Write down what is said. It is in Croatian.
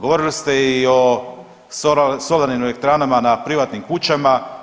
Govorili ste i o solarnim elektranama na privatnim kućama.